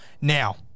Now